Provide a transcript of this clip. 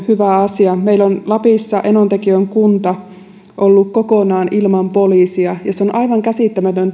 hyvä asia meillä on lapissa enontekiön kunta ollut kokonaan ilman poliisia ja se on aivan käsittämätön